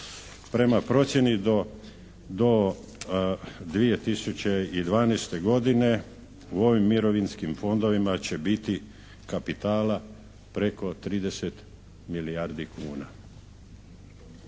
Prema procjeni do 2012. godine u ovim mirovinskim fondovima će biti kapitala preko 30 milijardi kuna.